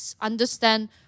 understand